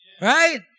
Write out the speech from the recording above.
right